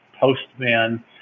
postman